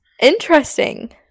Interesting